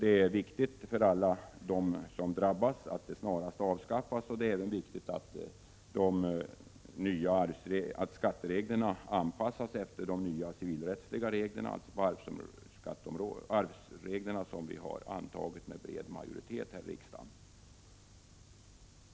Det är viktigt för alla dem som nu drabbas att systemet snarast avskaffas. Det är också viktigt att skattereglerna anpassas efter de nya civilrättsliga arvsregler som antagits av riksdagen med bred majoritet.